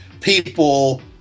people